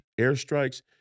airstrikes